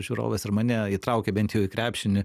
žiūrovas ir mane įtraukė bent jau į krepšį